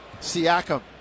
Siakam